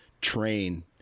train